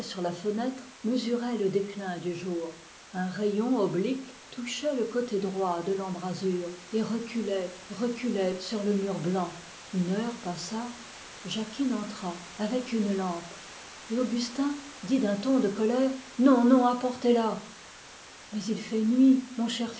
la fenêtre mesuraient le déclin du jour un rayon oblique touchait le côté droit de l'embrasure et reculait reculait sur le mur blanc une heure passa jacquine entra avec une lampe et augustin dit d'un ton de colère non non emportez-la mais il fait nuit mon cher